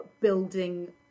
building